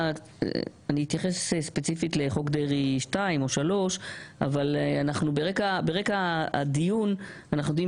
אני אתייחס ספציפית לחוק דרעי 2 או 3 אבל ברקע הדיון אנחנו יודעים